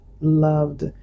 loved